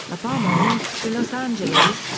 obama moved to los angeles,